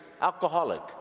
alcoholic